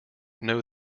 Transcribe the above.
know